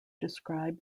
describe